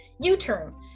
u-turn